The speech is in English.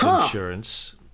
insurance